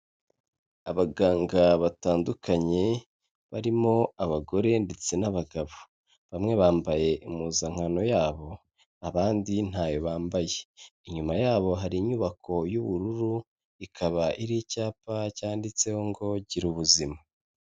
Abaganga batandukanye, barimo abagore ndetse n'abagabo. Bamwe bambaye impuzankano yabo, abandi ntayobambaye, inyuma yabo hari inyubako y'ubururu, ikaba ariho icyapa cyanditseho ngo gira ubuzima.